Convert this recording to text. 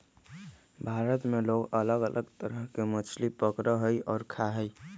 भारत में लोग अलग अलग तरह के मछली पकडड़ा हई और खा हई